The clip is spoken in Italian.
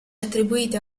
attribuite